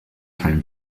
home